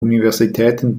universitäten